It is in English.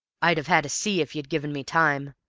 i'd have had a see if you'd given me time.